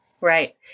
right